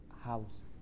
house